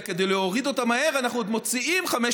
אלא כדי להוריד אותה מהר אנחנו עוד מוציאים חמש